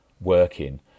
working